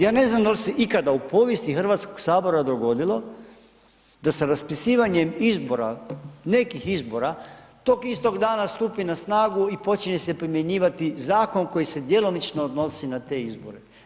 Ja ne znam da li se ikada u povijesti Hrvatskog sabora dogodilo da se raspisivanjem izbora, nekih izbora tog istog dana stupi na snagu i počinje se primjenjivati zakon koji se djelomično odnosi na te izbore.